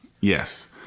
Yes